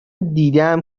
دیدهام